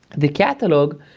the catalog,